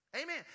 Amen